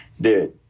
Dude